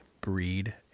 breed